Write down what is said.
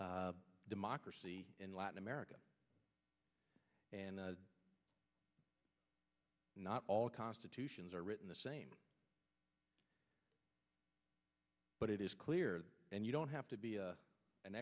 democracy in latin america and not all constitutions are written the same but it is clear and you don't have to be